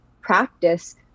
practice